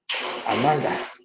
Amanda